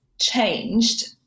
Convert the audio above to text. changed